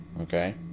okay